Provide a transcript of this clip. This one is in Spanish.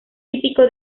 típico